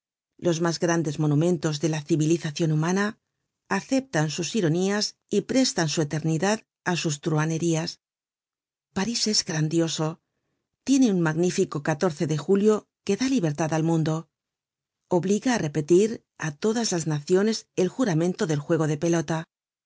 los mas grandes monumentos de la civilizacion humana aceptan sus iro nías y prestan su eternidad á sus truhanerías parís es grandioso tiene un magnífico de julio que da libertad al mundo obliga á repetir á todas las naciones el juramento del juego de pelota